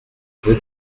rue